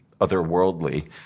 otherworldly